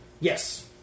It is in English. yes